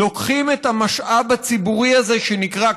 לוקחים את המשאב הציבורי הזה שנקרא "כביש"